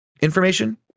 information